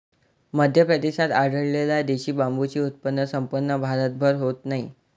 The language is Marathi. मध्य प्रदेशात आढळलेल्या देशी बांबूचे उत्पन्न संपूर्ण भारतभर होत नाही